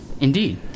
Indeed